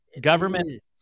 government